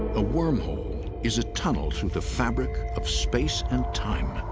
a wormhole is a tunnel through the fabric of space and time,